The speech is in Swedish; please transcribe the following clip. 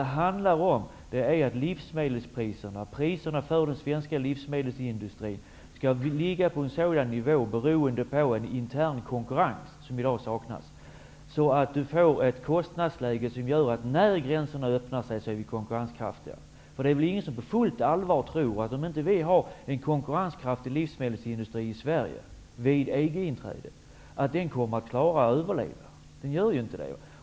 Det handlar om att livsmedelspriserna skall ligga på en sådan nivå -- beroende på en intern konkurrens, som i dag saknas -- att det blir ett kostnadsläge som gör oss konkurrenskraftiga när gränserna öppnar sig. Det är väl ingen som på fullt allvar tror att livsmedelsindustrin i Sverige, om den inte är konkurrenskraftig vid EG-inträdet, kommer att överleva. Den gör inte det.